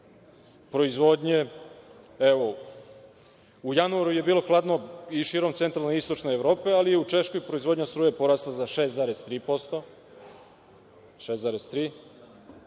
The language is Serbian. proizvodnje. U januaru je bilo hladno i širom centralne i istočne Evrope, ali u Češkoj proizvodnja struje je porasla za 6,3%,